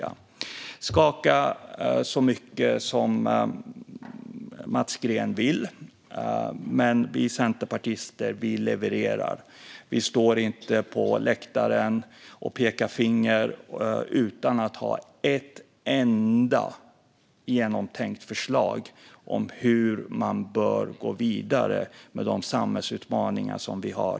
Mats Green kan skaka på huvudet så mycket han vill, men vi centerpartister levererar. Vi står inte på läktaren och pekar finger utan att ha ett enda genomtänkt förslag om hur man bör gå vidare med de samhällsutmaningar som vi har.